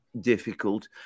difficult